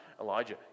Elijah